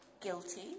guilty